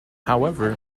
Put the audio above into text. however